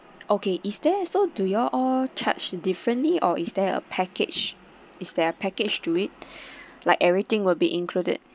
okay is there so do you all charge differently or is there a package is there a package to it like everything will be included